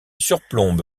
surplombe